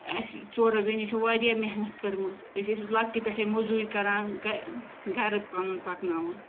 اَسہِ ژورو بیٚنیو چھِ واریاہ محنت کٔرمٕژ أسۍ ٲسۍ لۄکٹہِ پٮ۪ٹھٕے موٚزوٗرۍ کَران گَ گَرٕ پَنُن پکناوان